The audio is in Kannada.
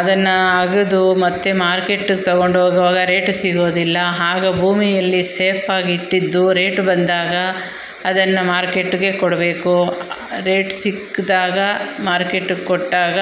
ಅದನ್ನು ಅಗೆದು ಮತ್ತೆ ಮಾರ್ಕೆಟ್ಟಗೆ ತೊಗೊಂಡೋಗೋವಾಗ ರೇಟ್ ಸಿಗೋದಿಲ್ಲ ಆಗ ಭೂಮಿಯಲ್ಲಿ ಸೇಫಾಗಿಟ್ಟಿದ್ದು ರೇಟ್ ಬಂದಾಗ ಅದನ್ನು ಮಾರ್ಕೆಟ್ಗೆ ಕೊಡಬೇಕು ರೇಟ್ ಸಿಕ್ಕಿದಾಗ ಮಾರ್ಕೆಟಿಗ್ ಕೊಟ್ಟಾಗ